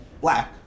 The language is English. black